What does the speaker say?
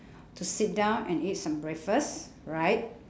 to sit down and eat some breakfast right